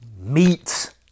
meat